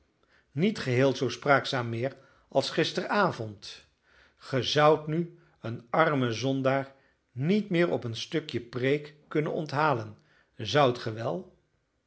niet geheel zoo spraakzaam meer als gisteravond ge zoudt nu een armen zondaar niet meer op een stukje preek kunnen onthalen zoudt